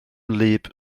wlyb